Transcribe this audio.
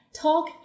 talk